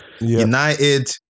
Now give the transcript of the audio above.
United